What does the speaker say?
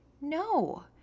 No